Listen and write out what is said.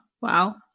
Wow